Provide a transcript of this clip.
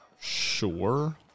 Sure